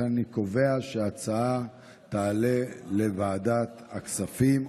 לכן אני קובע שההצעה תעלה לוועדת הכספים.